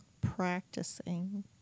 practicing